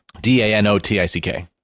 D-A-N-O-T-I-C-K